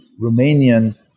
Romanian